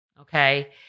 okay